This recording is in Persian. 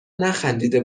نخندیده